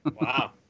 Wow